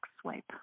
swipe